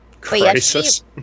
Crisis